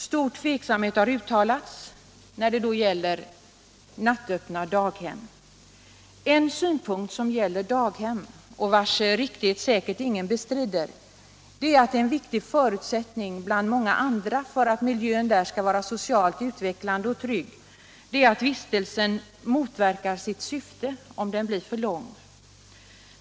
Stor tveksamhet har uttalats när det gäller nattöppna daghem. En synpunkt som gäller daghem -— och vars riktighet säkert ingen bestrider — är att en viktig förutsättning bland många andra för att miljön där skall vara socialt utvecklande och trygg är att vistelsen inte motverkar sitt syfte genom att bli för lång.